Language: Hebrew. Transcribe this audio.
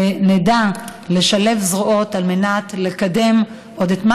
ונדע לשלב זרועות על מנת לקדם עוד את מה